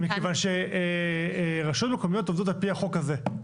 מכיוון שרשויות מקומיות עובדות על פי החוק הזה.